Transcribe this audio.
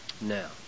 Now